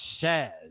says